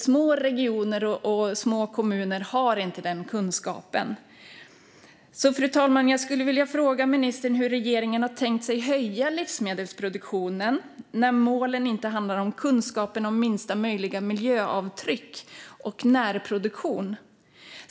Små regioner och kommuner har inte sådan kunskap. Jag skulle därför vilja fråga ministern, fru talman, hur regeringen har tänkt sig att man ska höja livsmedelsproduktionen när målen inte handlar om kunskapen om minsta möjliga miljöavtryck och närproduktion.